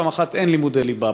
פעם אחת אין לימודי ליבה,